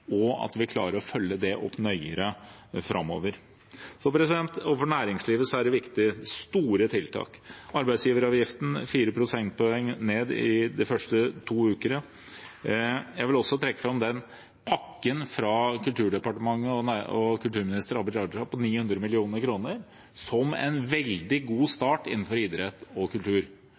og at vi klarer å følge det opp nøyere framover. Overfor næringslivet er det viktig med store tiltak, f.eks. å redusere arbeidsgiveravgiften med 4 prosentpoeng de to første månedene. Jeg vil også trekke fram pakken fra Kulturdepartementet og kulturminister Abid Q. Raja på 900 mill. kr som en veldig god start for kultur og idrett.